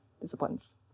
disciplines